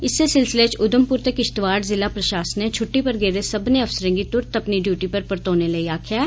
इस्सै सिलसिले च उघमपुर ते किश्तवाड़ ज़िला प्रशासनें छुट्टी पर गेदे सब्बने अफसरें गी तुरंत अपनी ड्यूटी पर परतोने लेई आक्खेआ ऐ